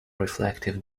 reflective